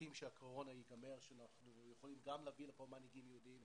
מחכים שהקורונה תיגמר ונוכל גם להביא לכאן מנהיגים יהודיים,